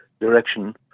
direction